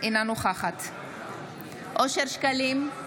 אינה נוכחת אושר שקלים,